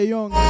Young